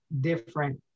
different